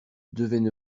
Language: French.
devaient